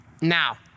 Now